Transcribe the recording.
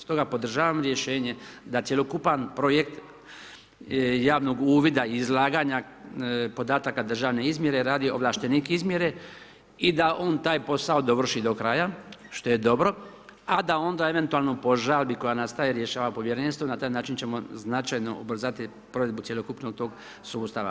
Stoga podržavam rješenje da cjelokupan projekt javnog uvida i izlaganja, podataka državne izmjere radi ovlaštenik izmjere i da on taj posao dovrši do kraja što je dobro a da onda eventualno po žalbi koja nastaje rješava povjerenstvo i na taj način ćemo značajno ubrzati provedbu cjelokupnog tog sustava.